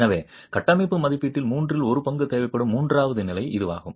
எனவே கட்டமைப்பு மதிப்பீட்டில் மூன்றில் ஒரு பங்கு தேவைப்படும் மூன்றாவது நிலை இதுவாகும்